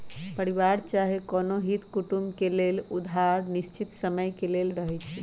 परिवार चाहे कोनो हित कुटुम से लेल गेल उधार अनिश्चित समय के लेल रहै छइ